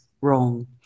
Wrong